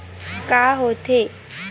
का होथे?